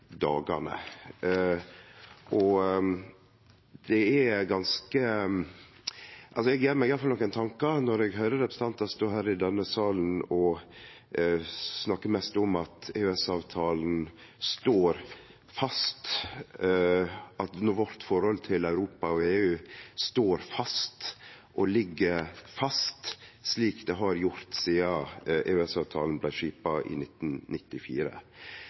dagane. Eg gjer meg i alle fall nokre tankar når eg høyrer representantar stå her i denne salen, og snakke mest om at EØS-avtalen står fast, at vårt forhold til Europa og EU står fast og ligg fast slik det har gjort sidan EØS-avtalen blei skipa i 1994.